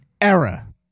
era